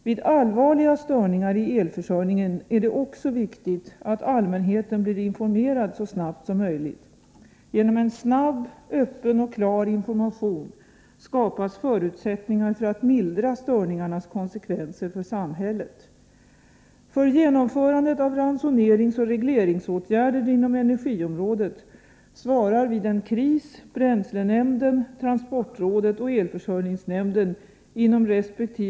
Vid allvarliga störningar i elförsörjningen är det också viktigt att allmänheten blir informerad så snabbt som möjligt. Genom en snabb, öppen och klar information skapas förutsättningar för att mildra störningarnas konsekvenser för samhället.